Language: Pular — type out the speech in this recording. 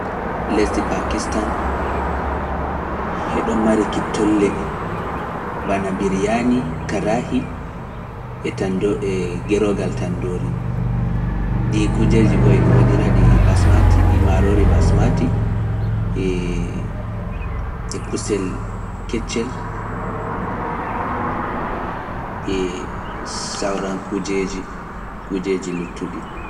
Lesdi Pakistani heɗo mari ki tolle bana biryani, karahi, e tan ndoo e gerogal tan ndoori. ɗii kujeeji mbayi ɗum waɗira ɗi basmati e maaroori basmati e kusel keccel e sawran kujeeji kujeeji luttuɗi.